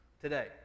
today